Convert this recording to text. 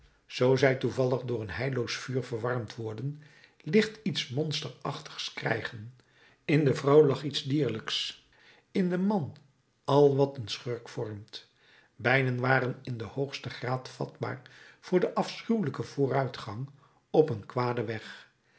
zoo zij toevallig door een heilloos vuur verwarmd worden licht iets monsterachtigs krijgen in de vrouw lag iets dierlijks in den man al wat een schurk vormt beiden waren in den hoogsten graad vatbaar voor den afschuwelijken vooruitgang op een kwaden weg